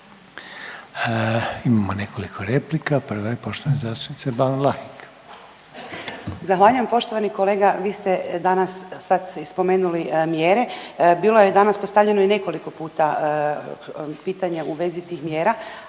Imamo nekoliko replika, prva je poštovane zastupnice Ban Vlahek. **Ban, Boška (SDP)** Zahvaljujem. Poštovani kolega vi ste danas sad spomenuli mjere, bilo je danas postavljeno i nekoliko puta pitanje u vezi tih mjera,